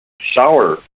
shower